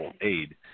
Aid